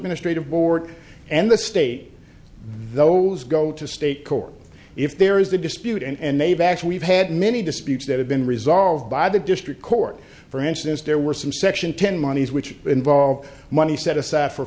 administrative board and the state those go to state court if there is a dispute and they've actually had many disputes that have been resolved by the district court for instance there were some section ten monies which involved money set aside for